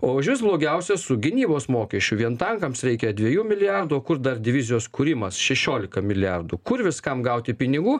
o užvis blogiausia su gynybos mokesčiu vien tankams reikia dviejų milijardų o kur dar divizijos kūrimas šešiolika milijardų kur viskam gauti pinigų